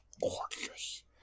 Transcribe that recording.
gorgeous